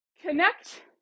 connect